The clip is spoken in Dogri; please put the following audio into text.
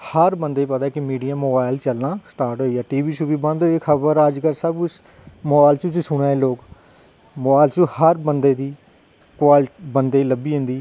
हर बंदे ई पता लग्गी गेआ कि मीडिया मोबाईल च चलना स्टार्ट होई गेआ टीवी चलना बंद होई गे खबर सबकुछ मोबाईल च गै सुना करदे लोग मोबाईल च हर बंदे गी लब्भी जंदी